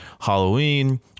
Halloween